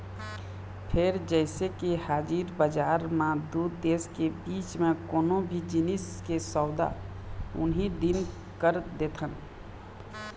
फेर जइसे के हाजिर बजार म दू देश के बीच म कोनो भी जिनिस के सौदा उहीं दिन कर देथन